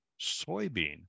soybean